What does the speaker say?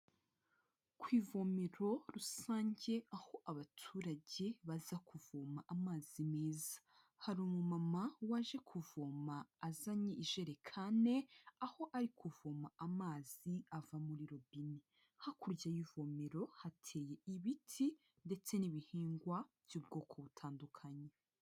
Ku ivuomero rusange aho abaturage baza kuvoma amazi meza, hari umumama waje kuvoma azanye ijerekane aho ari kuvoma amazi ava muri robine. Hakurya y'ivomero hateye ibiti ndetse n'ibihingwa by'ubwoko butandukanye.